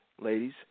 ladies